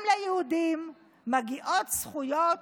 גם ליהודים מגיעות זכויות